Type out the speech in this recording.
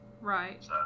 Right